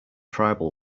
tribal